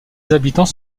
habitants